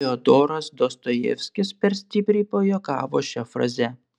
fiodoras dostojevskis per stipriai pajuokavo šia fraze